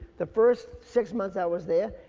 the first six months i was there,